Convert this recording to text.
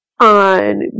on